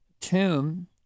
tomb